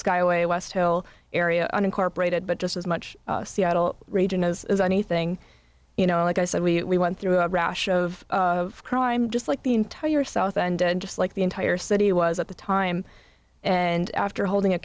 skyway west hill area unincorporated but just as much seattle region as anything you know like i said we went through a rash of crime just like the entire south and just like the entire city was at the time and after holding a